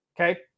okay